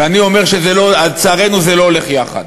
ואני אומר, שלצערנו, זה לא הולך יחד.